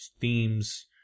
themes